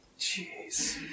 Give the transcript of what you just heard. Jeez